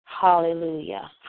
Hallelujah